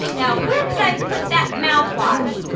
now where did i put that mouth wash?